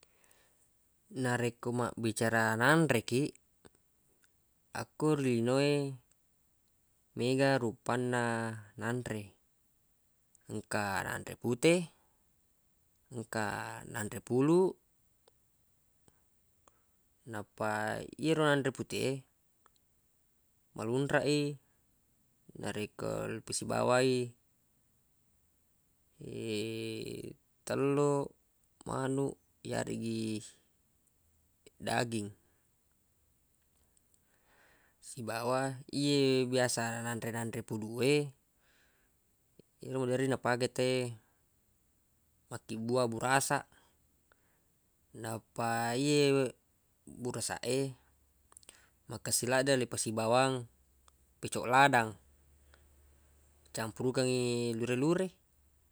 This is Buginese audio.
Narekko mabbicara nanre kiq akko lino e mega rupanna nanre engka nanre pute engka nanre puluq nappa yero nanre pute e malunraq i narekko ipasibawai tello manuq yareggi daging sibawa ye biasa nanre-nanre puluq e ero maderri napake tawwe makkibbuaq burasaq nappa ye burasaq e makessing ladde le pasibawang pecoq ladang icampurukengngi lure-lure